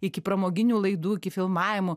iki pramoginių laidų iki filmavimų